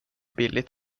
billigt